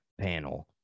panel